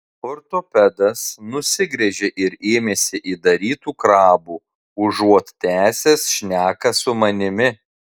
ortopedas nusigręžė ir ėmėsi įdarytų krabų užuot tęsęs šneką su manimi